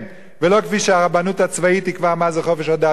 ולא כפי שהרבנות הצבאית תקבע מה זה חופש הדת שלהם,